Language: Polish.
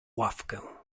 ławkę